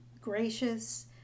gracious